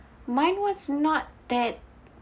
mine was not that